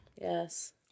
Yes